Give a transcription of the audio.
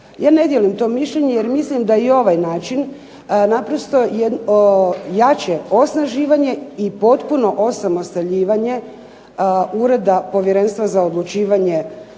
Ja ne dijelim to mišljenje jer mislim da i ovaj način naprosto je jače osnaživanje i potpuno osamostaljivanje Ureda povjerenstva za odlučivanje